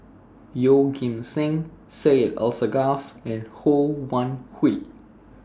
Yeoh Ghim Seng Syed Alsagoff and Ho Wan Hui